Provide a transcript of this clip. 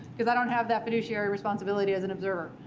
because i don't have that fiduciary responsibility as an observer.